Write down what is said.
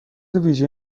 ویژه